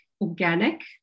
organic